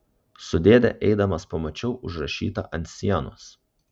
su dėde eidamas pamačiau užrašytą ant sienos